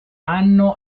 anno